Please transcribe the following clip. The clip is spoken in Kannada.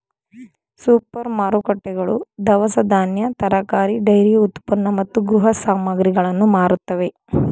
ಸೂಪರ್ ಮಾರುಕಟ್ಟೆಗಳು ದವಸ ಧಾನ್ಯ, ತರಕಾರಿ, ಡೈರಿ ಉತ್ಪನ್ನ ಮತ್ತು ಗೃಹ ಸಾಮಗ್ರಿಗಳನ್ನು ಮಾರುತ್ತವೆ